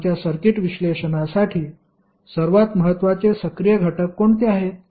तर आमच्या सर्किट विश्लेषणासाठी सर्वात महत्वाचे सक्रिय घटक कोणते आहेत